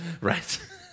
Right